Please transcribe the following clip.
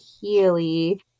healy